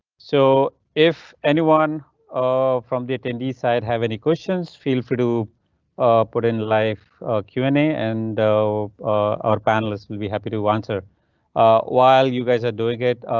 so if anyone um from the attendees side have any questions, feel free to put in life q and a and our panelists will be happy to answer while you guys are doing it.